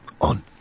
on